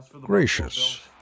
Gracious